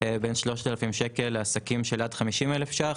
בין 3,000 שקל לעסקים של עד 50,000 ש"ח,